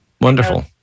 Wonderful